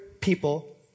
people